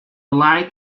light